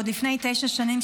עוד לפני תשע שנים,